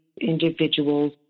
individuals